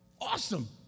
awesome